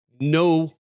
no